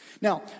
Now